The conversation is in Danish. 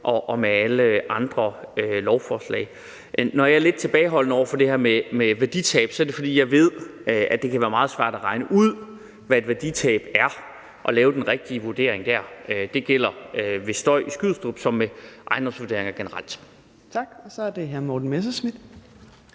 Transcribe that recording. og med alle andre lovforslag. Når jeg er lidt tilbageholdende med det her med værditab, er det, fordi jeg ved, at det kan være meget svært at regne ud, hvad et værditab er, og lave den rigtige vurdering dér. Det gælder ved støj i Skrydstrup såvel som ved ejendomsvurderinger generelt. Kl. 16:19 Fjerde næstformand (Trine